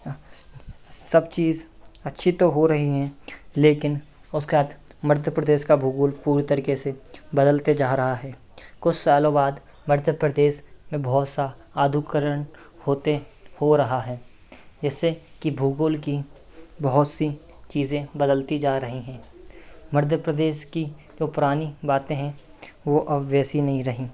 हं सब चीज़ अच्छी तो हो रही हैं लेकिन उसके साथ मध्य प्रदेश का भूगोल पूरी तरीके से बदलते जा रहा है कुछ सालों बाद मध्य प्रदेश में बहुत सा आधुकरण होते हो रहा है जिससे कि भूगोल की बहुत सी चीज़ें बदलती जा रही हैं मध्य प्रदेश की जो पुरानी बाते हैं वो अब वैसी नहीं रहीं